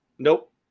Nope